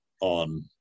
on